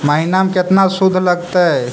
महिना में केतना शुद्ध लगतै?